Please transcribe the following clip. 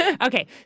Okay